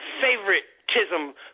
favoritism